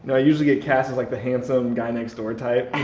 i usually get cast as like the hansom guy next door type. and